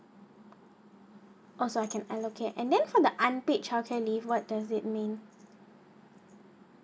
oh so I can allocate and then for the unpaid childcare leave what does it mean